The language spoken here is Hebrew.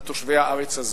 על תושבי הארץ הזו,